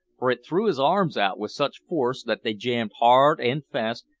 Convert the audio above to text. for it threw his arms out with such force that they jammed hard an' fast,